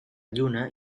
lluna